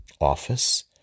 office